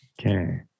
Okay